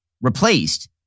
replaced